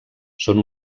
són